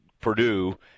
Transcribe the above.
Purdue